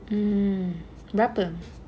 mm berapa